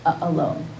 alone